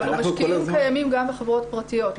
אבל המשקיעים קיימים גם בחברות פרטיות,